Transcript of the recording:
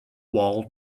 wall